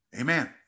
Amen